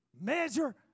measure